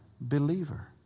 believer